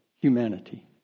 humanity